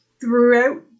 throughout